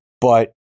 But-